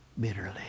bitterly